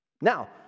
Now